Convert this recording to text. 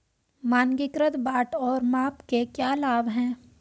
मानकीकृत बाट और माप के क्या लाभ हैं?